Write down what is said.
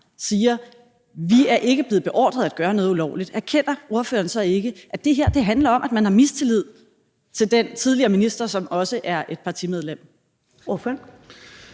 siger, at de ikke er blevet beordret at gøre noget ulovligt, handler det her om, at man har mistillid til den tidligere minister, som også er et partimedlem?